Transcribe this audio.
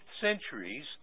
centuries